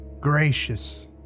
gracious